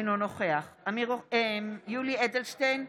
אינו נוכח יולי יואל אדלשטיין,